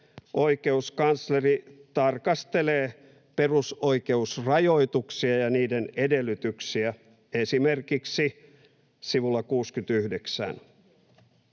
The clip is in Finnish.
oikeuskansleri tarkastelee perusoikeusrajoituksia ja niiden edellytyksiä esimerkiksi sivulla 69.